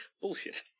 Bullshit